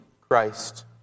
Christ